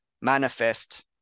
manifest